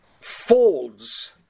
folds